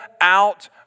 out